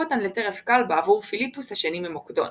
אותן לטרף קל בעבור פיליפוס השני ממוקדון,